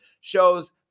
shows